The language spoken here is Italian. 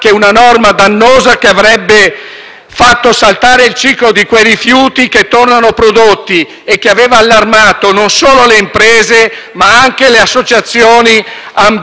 fatto saltare il ciclo di quei rifiuti che tornano prodotti e che aveva allarmato non solo le imprese, ma anche le associazioni ambientaliste. Per gli enti locali,